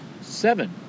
seven